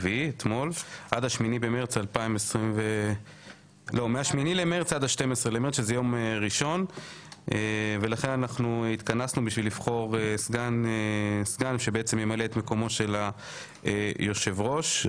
יום רביעי אתמול עד יום ראשון ה-12 במרס 2023. התכנסנו כדי לבחור סגן שימלא את מקומו של יושב ראש הכנסת.